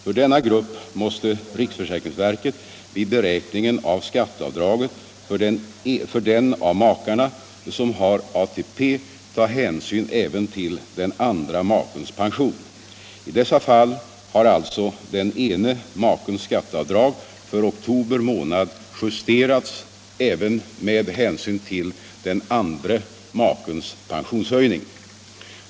För denna grupp 6 november 1975 måste riksförsäkringsverket vid beräkningen av skatteavdraget för den av makarna som har ATP ta hänsyn även till den andra makens pension. Om utlandssven I dessa fall har alltså den ena makens skatteavdrag för oktober månad = skars rätt till justerats även med hänsyn till den andre makens pensionshöjning.